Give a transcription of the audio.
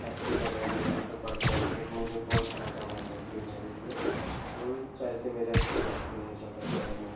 F D वगैरह भी यह सब भरता हूँ मुझे बहुत फायदेमंद होती है मेरे लिए वही पैसे मेरे अच्छे बचते हैं यह सब वगैरह में